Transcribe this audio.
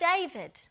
David